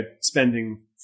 spending